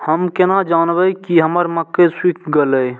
हम केना जानबे की हमर मक्के सुख गले?